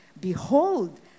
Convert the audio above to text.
behold